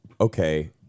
okay